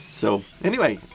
so, anyway,